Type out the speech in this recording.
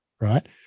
right